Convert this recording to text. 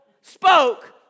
spoke